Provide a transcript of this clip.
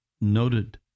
noted